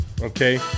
Okay